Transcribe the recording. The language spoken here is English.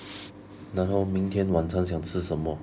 然后明天晚餐想吃什么